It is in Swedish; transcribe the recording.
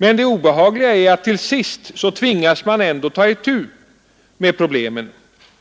Men det obehagliga är, att till sist tvingas man ändå ta itu med problemen,